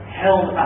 held